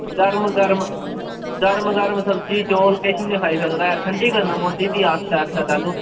गर्म गर्म गर्म गर्म सब्जी चौल किश बी नेईं खाई सकदा ऐ ठंडी करनै पौंदी फ्ही आस्ता आस्ता तैलु